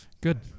good